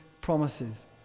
promises